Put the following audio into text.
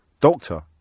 doctor